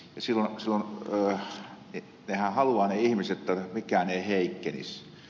hehän haluavat ne ihmiset jotta mikään ei heikkenisi